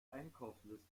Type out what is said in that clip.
einkaufsliste